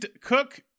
Cook